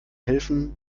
helfen